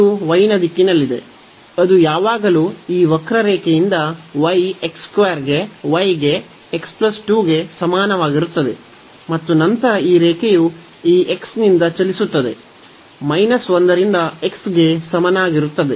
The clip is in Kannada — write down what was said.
ಇದು y ನ ದಿಕ್ಕಿನಲ್ಲಿದೆ ಅದು ಯಾವಾಗಲೂ ಈ ವಕ್ರರೇಖೆಯಿಂದ y ಗೆ y ಗೆ x 2 ಗೆ ಸಮಾನವಾಗಿರುತ್ತದೆ ಮತ್ತು ನಂತರ ಈ ರೇಖೆಯು ಈ x ನಿಂದ ಚಲಿಸುತ್ತದೆ 1 ರಿಂದ x ಗೆ ಸಮನಾಗಿರುತ್ತದೆ